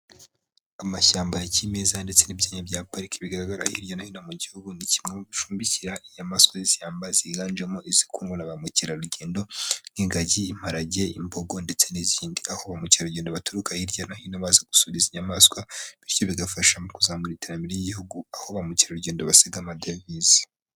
Amashyamba ya kimeza ndetse n'ibyanya bya pariki, bigaragara hirya no hino mu gihugu, ni kimwe mu bicumbikira inyamaswa z'ishyamba ziganjemo izikundwa na ba mukerarugendo, nk'ingagi, imparage, imbogo ndetse n'izindi. Aho ba mukerarugendo baturuka hirya no hino baza gusura izi inyamaswa, bityo bigafasha mu kuzamura iterambere ry'igihugu, aho ba mukerarugendo basiga amadevize.